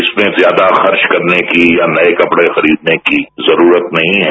इसमें ज्यादा खर्च करने की या नए कपड़े खरीदने की जरूरत नहीं है